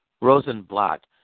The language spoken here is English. Rosenblatt